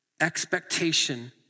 expectation